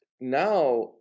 now